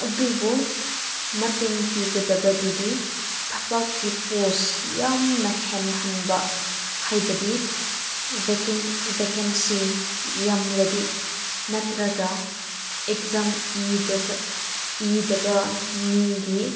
ꯑꯗꯨꯕꯨ ꯃꯇꯦꯡ ꯄꯤꯒꯗꯕꯗꯨꯗꯤ ꯊꯕꯛꯀꯤ ꯄꯣꯁ ꯌꯥꯝꯅ ꯍꯦꯜꯍꯟꯕ ꯍꯥꯏꯕꯗꯤ ꯕꯦꯀꯦꯟꯁꯤ ꯌꯥꯝꯂꯗꯤ ꯅꯠꯇ꯭ꯔꯒ ꯑꯦꯛꯖꯥꯝ ꯏꯗꯕ ꯃꯤꯒꯤ